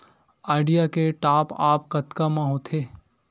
Idea के top आप कतका म होथे?